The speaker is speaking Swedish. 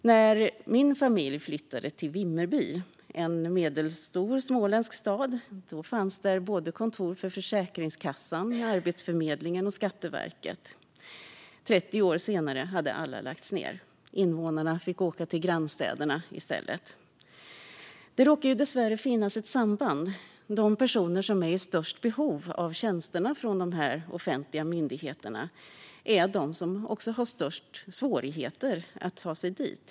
När min familj flyttade till Vimmerby, en medelstor småländsk stad, fanns där kontor för Försäkringskassan, Arbetsförmedlingen och Skatteverket. Trettio år senare hade de alla lagts ned. Invånarna fick åka till grannstäderna i stället. Det råkar ju dessvärre finnas ett samband. De personer som är i störst behov av tjänsterna från dessa offentliga myndigheter är de som har störst svårigheter att ta sig dit.